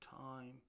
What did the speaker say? time